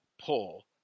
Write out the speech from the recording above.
pull